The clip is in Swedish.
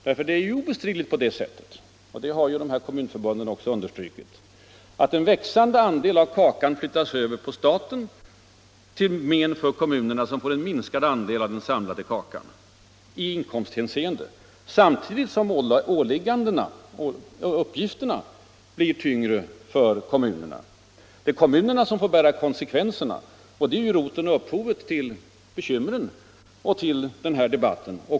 Det förhåller sig obestridligen på det sättet — och det har de båda kommunförbunden också understrukit — att en växande andel av kakan flyttats över på staten till men för kommunerna, som får en minskande andel av de samlade inkomsterna samtidigt som uppgifterna blir tyngre för dem. Det är kommunerna som får bära konsekvenserna, och det är roten och upphovet till bekymren och till den här debatten.